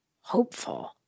hopeful